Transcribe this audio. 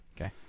Okay